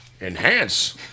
enhance